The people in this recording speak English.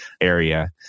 area